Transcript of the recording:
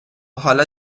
حالا